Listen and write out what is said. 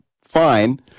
fine